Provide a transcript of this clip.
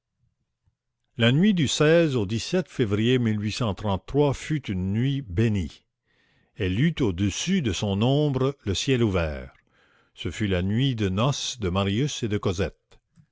la nuit du au février fut une nuit bénie elle eut au-dessus de son ombre le ciel ouvert ce fut la nuit de noces de marius et de cosette